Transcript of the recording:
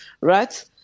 right